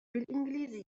بالإنجليزية